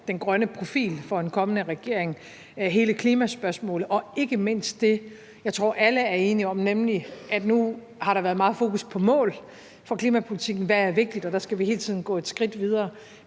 den grønne profil for en kommende regering, hele klimaspørgsmålet og ikke mindst implementeringen. Det tror jeg alle er enige om, nemlig at nu har der været meget fokus på mål for klimapolitikken – hvad er vigtigt? – og der skal vi hele tiden gå et skridt videre,